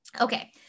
Okay